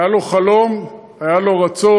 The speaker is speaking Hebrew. היה לו חלום, היה לו רצון,